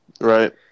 right